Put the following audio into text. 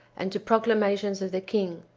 and to proclamations of the king.